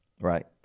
right